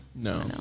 no